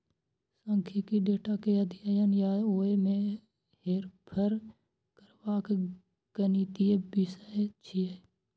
सांख्यिकी डेटा के अध्ययन आ ओय मे हेरफेर करबाक गणितीय विषय छियै